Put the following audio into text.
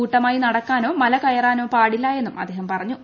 കൂട്ടമായി നടക്കാനോ മല കയറാനോ പാടില്ലെന്നും അദ്ദേഹം പറഞ്ഞു